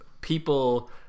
people